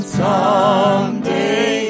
someday